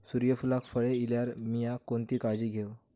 सूर्यफूलाक कळे इल्यार मीया कोणती काळजी घेव?